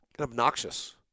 obnoxious